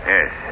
Yes